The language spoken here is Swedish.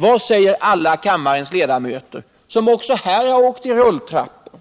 Vad säger alla kammarens ledamöter, som också här har åkt rulltrappor,